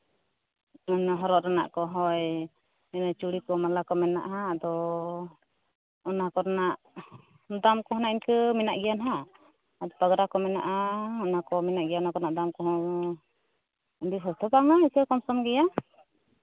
ᱚᱱᱟ ᱦᱚᱨᱚᱜ ᱨᱮᱱᱟᱜ ᱠᱚ ᱦᱳᱭ ᱪᱩᱲᱤ ᱠᱚ ᱢᱟᱞᱟ ᱠᱚ ᱢᱮᱱᱟᱜᱼᱟ ᱟᱫᱚ ᱚᱱᱟ ᱠᱚᱨᱮᱱᱟᱜ ᱫᱟᱢ ᱠᱚᱦᱚᱸ ᱱᱟᱜ ᱤᱱᱠᱟᱹ ᱢᱮᱱᱟᱜ ᱜᱮᱭᱟ ᱦᱟᱸᱜ ᱯᱟᱜᱽᱨᱟ ᱠᱚ ᱢᱮᱱᱟᱜᱼᱟ ᱚᱱᱟᱠᱚ ᱢᱮᱱᱟᱜ ᱜᱮᱭᱟ ᱚᱱᱟ ᱠᱚᱨᱮᱱᱟᱜ ᱫᱟᱢ ᱠᱚᱦᱚᱸ ᱰᱷᱮᱨ ᱫᱚ ᱵᱟᱝᱼᱟ ᱤᱱᱠᱟᱹ ᱠᱚᱢ ᱥᱚᱢ ᱜᱮᱭᱟ